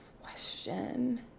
question